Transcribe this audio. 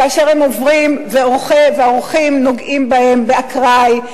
כאשר אורחים עוברים ונוגעים בהם באקראי.